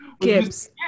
Gibbs